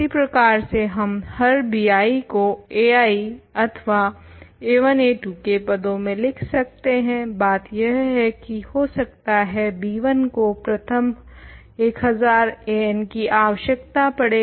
इसी प्रकार से हम हर bi को ai अथवा a1a2 के पदों में लिख सकते हैं बात यह है की हो सकता हे b1 को प्रथम 1000 an की आवश्यकता पड़े